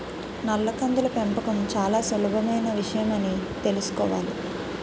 నల్ల కందుల పెంపకం చాలా సులభమైన విషయమని తెలుసుకోవాలి